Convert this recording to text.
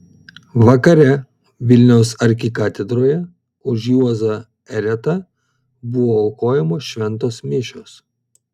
vakare vilniaus arkikatedroje už juozą eretą buvo aukojamos šventos mišios